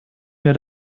mir